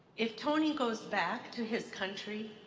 if tony goes back to his country,